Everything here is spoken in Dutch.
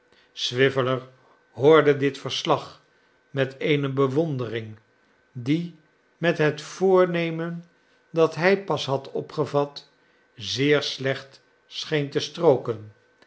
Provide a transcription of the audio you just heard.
swiveller hoorde dit verslag met eene bewondering die met het voornemen dat hij pas had opgevat zeer slecht scheen te strooken